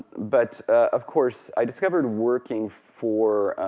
but of course, i discovered working for